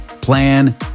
plan